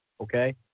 okay